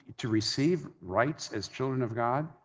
to receive rights as children of god?